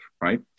right